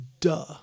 Duh